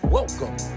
Welcome